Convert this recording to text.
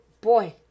boy